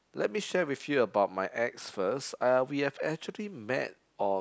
let me share with you about my ex first uh we have actually met on